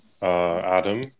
Adam